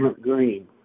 green